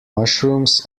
mushrooms